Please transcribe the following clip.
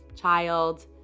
child